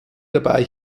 dabei